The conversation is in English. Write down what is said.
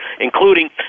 Including